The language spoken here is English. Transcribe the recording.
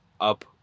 up